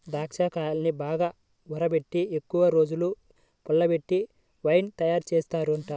దాచ్చాకాయల్ని బాగా ఊరబెట్టి ఎక్కువరోజులు పుల్లబెట్టి వైన్ తయారుజేత్తారంట